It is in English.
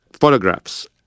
photographs